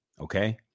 okay